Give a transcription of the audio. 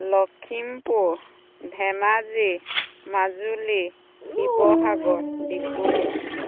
Lakhimpur Dhemaji Majuli Sivasagar Dibrugarh